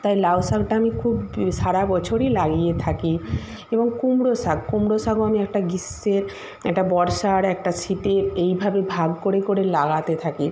তাই লাউ শাকটা আমি খুব সারা বছরই লাগিয়ে থাকি এবং কুমড়ো শাক কুমড়ো শাকও আমি একটা গ্রীষ্মের একটা বর্ষার একটা শীতের এইভাবে ভাগ করে করে লাগাতে থাকি